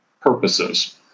purposes